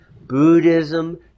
Buddhism